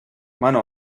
mano